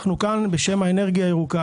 אנחנו כאן בשם האנרגיה הירוקה.